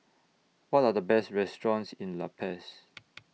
What Are The Best restaurants in La Paz